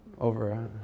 over